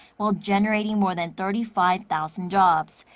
while generating more than thirty five thousand jobs.